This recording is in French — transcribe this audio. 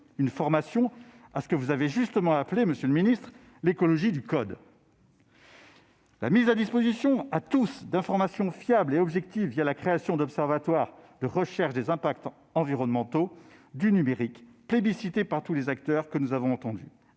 d'une formation à ce que vous avez justement appelé, monsieur le secrétaire d'État, l'« écologie du code ». La mise à disposition, pour tous, d'informations fiables et objectives, la création d'observatoires de recherche des impacts environnementaux du numérique, est plébiscitée par tous les acteurs que nous avons entendus,